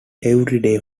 everyday